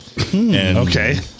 Okay